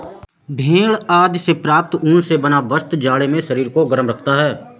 भेड़ आदि से प्राप्त ऊन से बना वस्त्र जाड़े में शरीर को गर्म रखता है